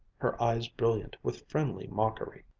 her eyes brilliant with friendly mockery.